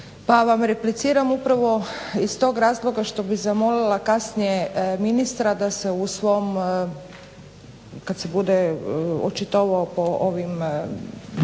pa vam repliciram upravo iz tog razloga što bih zamolila kasnije ministra da se u svom kad se bude očitovao po ovim